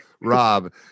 Rob